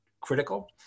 critical